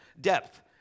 depth